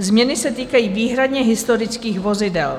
Změny se týkají výhradně historických vozidel.